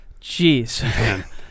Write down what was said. Jeez